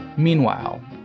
Meanwhile